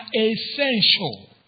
essential